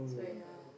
so yeah